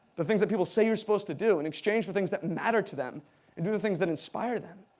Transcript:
the things that people say you're supposed to do, in exchange for things that matter to them and do the things that inspire them.